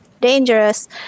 dangerous